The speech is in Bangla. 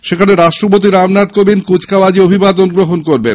সেখানে রাষ্ট্রপতি রামনাথ কোবিন্দ কুচকাওয়াজে অভিবাদন গ্রহণ করবেন